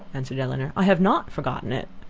answered elinor, i have not forgotten it.